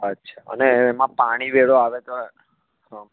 અચ્છા અને એમાં પાણી વેરો આવે તો હ